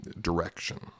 direction